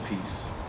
peace